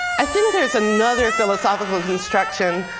i think there's another philosophical construction.